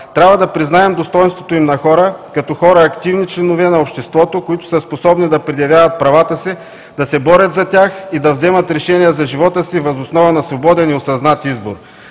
Трябва да признаем достойнството им на хора, като хора – активни членове на обществото, които са способни да предявяват правата си да се борят за тях и да вземат решения за живота си въз основа на свободен и осъзнат избор.